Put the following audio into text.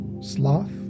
sloth